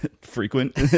frequent